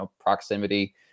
proximity